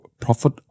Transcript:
profit